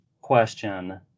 question